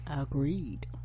Agreed